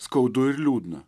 skaudu ir liūdna